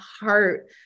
heart